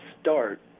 start